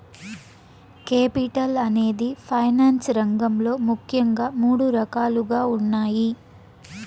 capital అనేది finance రంగంలో ముఖ్యంగా మూడు రకాలుగా ఉన్నాయి